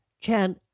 Chan